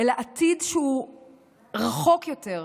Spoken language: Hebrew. אלא עתיד שהוא רחוק יותר,